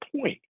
point